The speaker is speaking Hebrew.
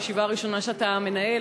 הישיבה הראשונה שאתה מנהל,